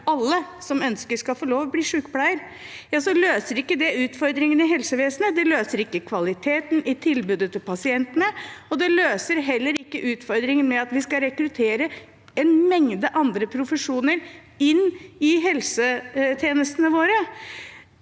alle som ønsker, skal få lov til å bli sykepleier, så løser det utfordringene i helsevesenet. Det løser ikke utfordringer med kvaliteten i tilbudet til pasientene, og det løser heller ikke utfordringen med at vi skal rekruttere en mengde andre profesjoner inn i helsetjenestene våre.